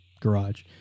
garage